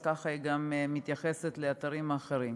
כך גם היא מתייחסת לאתרים אחרים.